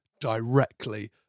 directly